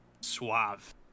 Suave